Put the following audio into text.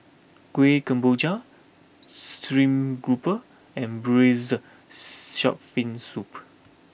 Kueh Kemboja Stream Grouper and Braised Shark Fin Soup